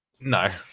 No